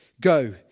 Go